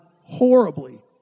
horribly